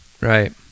right